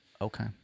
Okay